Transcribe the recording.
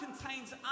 contains